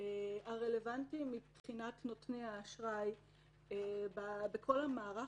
הרלוונטיים מבחינת נותני האשראי בכל המערך